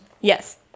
Yes